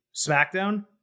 SmackDown